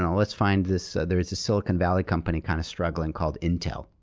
and let's find this. there's a silicon valley company kind of struggling called intel,